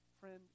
Friend